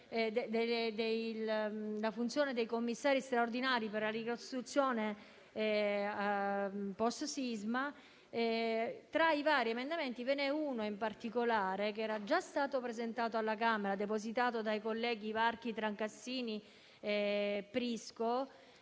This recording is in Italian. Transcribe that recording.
la funzione dei commissari straordinari per la ricostruzione post-sisma, ce n'è uno in particolare, che era già stato presentato alla Camera dei deputati dai colleghi Varchi, Trancassini e Prisco,